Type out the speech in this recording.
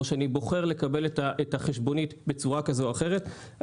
או שאני בוחר לקבל את החשבונית בצורה כזאת או אחרת,